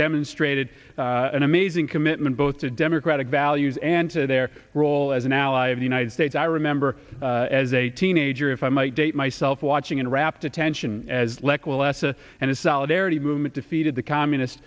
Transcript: demonstrated an amazing commitment both to democratic values and to their role as an ally of the united states i remember as a teenager if i might date myself watching in rapt attention as lech walesa and the solidarity movement defeated the communist